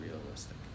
realistic